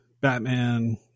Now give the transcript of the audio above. Batman